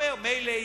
היה אומר: מילא,